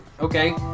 okay